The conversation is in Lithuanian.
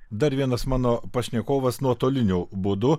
dar vienas mano pašnekovas nuotoliniu būdu